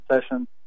session